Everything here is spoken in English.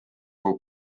will